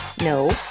No